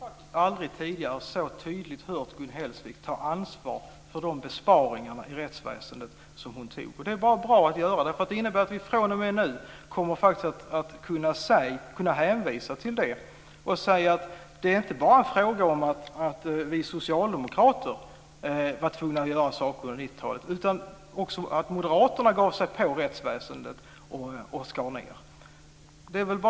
Fru talman! Jag kan bara tillägga att jag aldrig tidigare har hört Gun Hellsvik så tydligt ta ansvar för besparingarna i rättsväsendet som hon nu gjorde. Det var bra att hon gjorde det. Det innebär att vi från och med nu kommer att kunna hänvisa till det och säga att det var inte bara fråga om att vi socialdemokrater var tvungna att göra saker under 90-talet, utan att också Moderaterna gav sig på rättsväsendet och skar ned. Det är utmärkt.